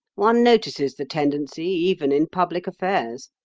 one notices the tendency even in public affairs.